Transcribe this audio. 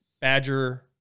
Badger